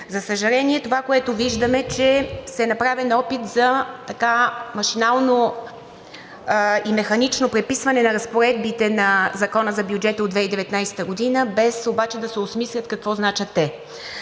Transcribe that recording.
За съжаление, това, което виждаме, е, че е направен опит за машинално и механично преписване на разпоредбите на Закона за бюджета от 2019 г., без обаче да се осмислят какво те значат.